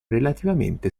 relativamente